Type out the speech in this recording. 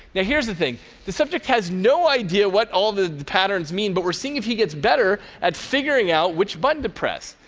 now, here's the thing the subject has no idea what all the patterns mean, but we're seeing if he gets better at figuring out which button to press.